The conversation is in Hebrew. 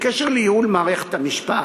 בקשר לייעול מערכת המשפט: